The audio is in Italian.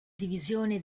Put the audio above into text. divisione